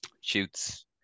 Shoots